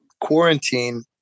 quarantine